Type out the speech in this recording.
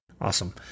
Awesome